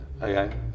Okay